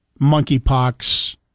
monkeypox